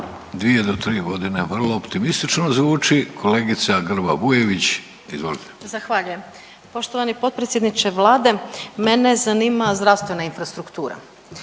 2 do 3 godine vrlo optimistično zvuči. Kolegica Grba-Bujević, izvolite. **Grba-Bujević, Maja (HDZ)** Zahvaljujem. Poštovani potpredsjedniče Vlade, mene zanima zdravstvena infrastruktura.